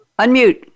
Unmute